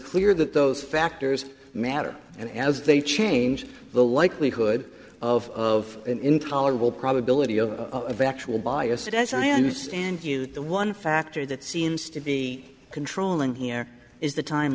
clear that those factors matter and as they change the likelihood of an intolerable probability of of actual bias as i understand you the one factor that seems to be controlling here is the time